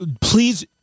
Please